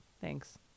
thanks